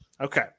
Okay